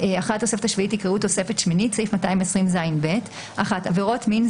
"220ז(ב)אחרי התוספת השביעית יקראו תוספת שמינית עבירות מין,